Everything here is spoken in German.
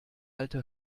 alte